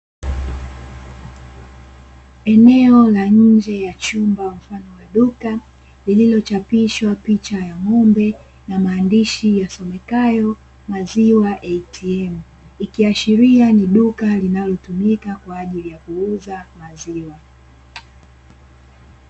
Eneo la nje ya chumba mfano wa duka, lililochapishwa picha ya ng'ombe na maandishi yasomekayo "maziwa atm", ikiashiria kuwa ni duka linalotumika kwa ajili ya kuuza maziwa.